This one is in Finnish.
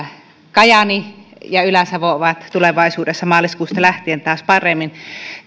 kajaani ja ylä savo ovat tulevaisuudessa maaliskuusta lähtien taas paremmin